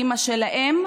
האימא של האם,